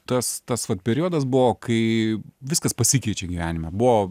tas tas vat periodas buvo kai viskas pasikeičia gyvenime buvo